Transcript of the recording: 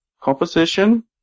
composition